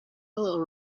little